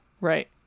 right